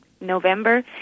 November